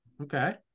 Okay